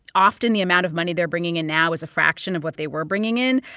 often, the amount of money they're bringing in now is a fraction of what they were bringing in.